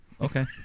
Okay